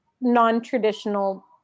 non-traditional